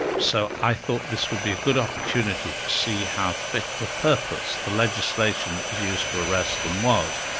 so i thought this would be a good opportunity to see how fit for purpose the legislation that was used to arrest them was.